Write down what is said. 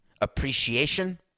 appreciation